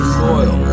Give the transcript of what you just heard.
soil